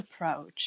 approach